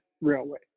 railway